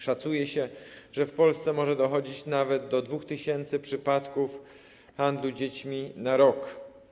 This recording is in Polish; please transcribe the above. Szacuje się, że w Polsce może dochodzić nawet do 2 tys. przypadków handlu dziećmi na rok.